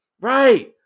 right